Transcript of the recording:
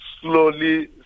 slowly